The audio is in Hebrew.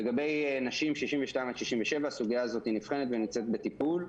לגבי נשים 62-67 הסוגיה הזאת נבחנת ונמצאת בטיפול.